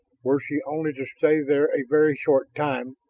were she only to stay there a very short time,